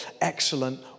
excellent